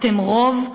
אתם רוב,